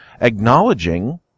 acknowledging